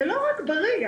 זה לא רק בריא,